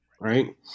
Right